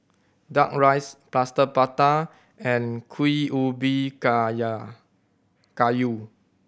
Duck Rice Plaster Prata and kuih ubi kayu